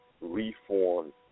reform